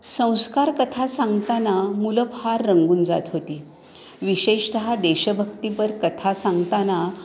संस्कार कथा सांगताना मुलं फार रंगून जात होती विशेषतः देशभक्तीपर कथा सांगताना